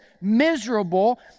miserable